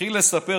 מתחיל לספר.